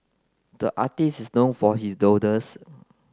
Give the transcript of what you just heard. the artist is known for his doodles